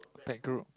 back group